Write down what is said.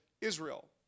Israel